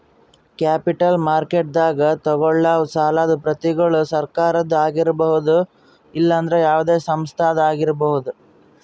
capital ಮಾರ್ಕೆಟ್ದಾಗ್ ತಗೋಳವ್ ಸಾಲದ್ ಪತ್ರಗೊಳ್ ಸರಕಾರದ ಆಗಿರ್ಬಹುದ್ ಇಲ್ಲಂದ್ರ ಯಾವದೇ ಸಂಸ್ಥಾದ್ನು ಆಗಿರ್ಬಹುದ್